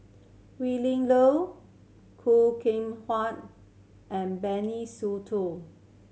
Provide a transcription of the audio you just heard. Willin Low Khoo Kay and Benny